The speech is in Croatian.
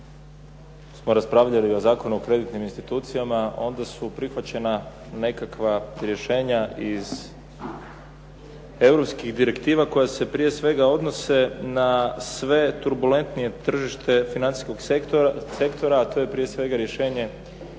smo raspravljali o Zakonu o kreditnim institucijama onda su prihvaćena nekakva rješenja iz europskih direktiva koja se prije svega odnose na sve turbulentnije tržište financijskog sektora, a to je prije svega rješenje